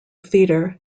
theater